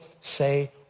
say